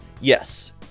yes